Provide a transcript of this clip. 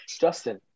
Justin